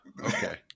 Okay